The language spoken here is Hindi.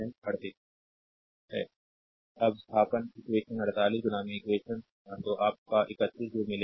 स्लाइड टाइम देखें 3136 अब स्थानापन्न इक्वेशन 48 इक्वेशन तो आप का 31 जो मिलेगा